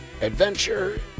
adventure